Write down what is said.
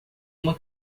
uma